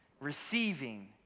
receiving